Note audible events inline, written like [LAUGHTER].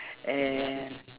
[BREATH] and